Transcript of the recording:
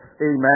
Amen